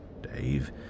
Dave